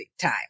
time